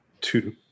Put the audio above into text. two